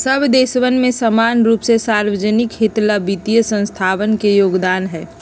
सब देशवन में समान रूप से सार्वज्निक हित ला वित्तीय संस्थावन के योगदान हई